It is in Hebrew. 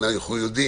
תבינו